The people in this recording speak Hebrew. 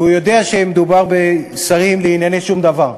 כי הוא יודע שמדובר בשרים לענייני שום דבר.